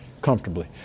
comfortably